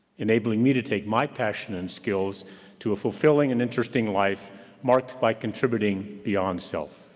enabling me to take my passion and skills to a fulfilling and interesting life marked by contributing beyond self,